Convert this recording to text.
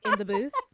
ah the booth.